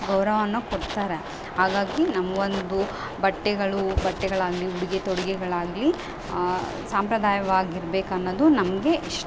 ಗೌರವವನ್ನು ಕೊಡ್ತಾರೆ ಹಾಗಾಗಿ ನಮ್ಗೊಂದು ಬಟ್ಟೆಗಳು ಬಟ್ಟೆಗಳಾಗಲಿ ಉಡುಗೆ ತೊಡುಗೆಗಳಾಗ್ಲಿ ಸಾಂಪ್ರದಾಯವಾಗಿರ್ಬೇಕನ್ನೋದು ನಮಗೆ ಇಷ್ಟ